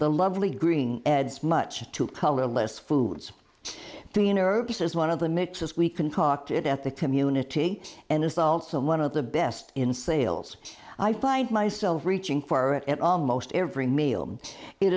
the lovely green eggs much to colorless foods to nervous as one of the mixes we can talk to it at the community and it's also one of the best in sales i find myself reaching for it at almost every meal it